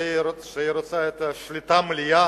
זה שהיא רוצה את השליטה המלאה